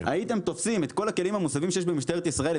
הייתם תופסים את כל הכלים המוסבים שיש במשטרת ישראל,